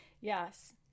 Yes